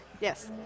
Yes